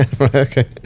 Okay